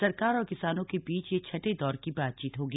सरकार और किसानों के बीच यह छठें दौर की बातचीत होगी